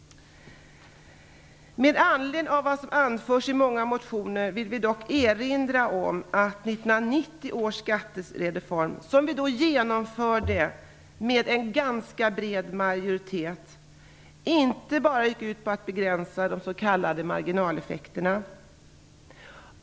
Med anledning av vad som anförs i många motioner vill vi dock erinra om att 1990 års skattereform, som vi genomförde med en ganska bred majoritet, inte bara gick ut på att begränsa de s.k. marginaleffekterna.